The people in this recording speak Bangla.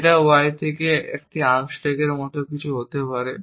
এটা y থেকে একটি আনস্ট্যাক মত কিছু হতে পারে